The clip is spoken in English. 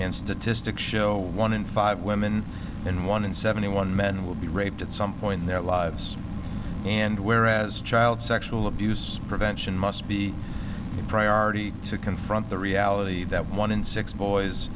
and statistics show one in five women and one in seventy one men will be raped at some point in their lives and where as child sexual abuse prevention must be the priority to confront the reality that one in six boys